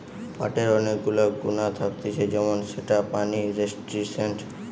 পাটের অনেক গুলা গুণা থাকতিছে যেমন সেটা পানি রেসিস্টেন্ট